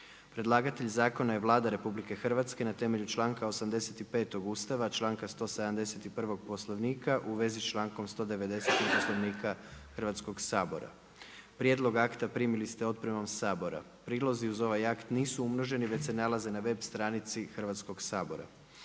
Predlagatelj Zakona je Vlada Republike Hrvatske na temelju članka 85. Ustava, članka 171. Poslovnika u vezi s člankom 190. Poslovnika Hrvatskoga sabora. Prijedlog akta primili ste otpremom Sabora. Prilozi uz ovaj akt nisu umnoženi već se nalaze na web stranici Hrvatskoga sabora.